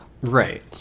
Right